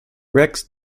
rex